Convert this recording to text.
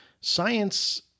science